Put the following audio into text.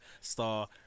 star